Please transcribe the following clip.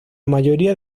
mayoría